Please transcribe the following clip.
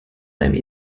deinem